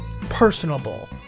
personable